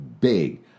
big